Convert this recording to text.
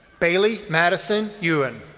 bailey madison euan.